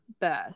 birth